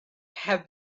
have